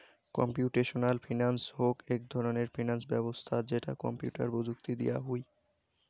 computational finance হউক এক ধরণের ফিনান্স ব্যবছস্থা যেটা কম্পিউটার প্রযুক্তি দিয়া হুই